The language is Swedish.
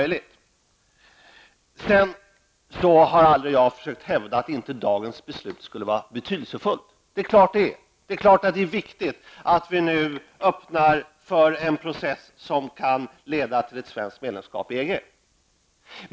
Jag har aldrig hävdat att dagens beslut inte skulle vara betydelsefullt. Det är klart att det är viktigt att vi nu öppnar för en process som kan leda till ett svenskt medlemskap i EG.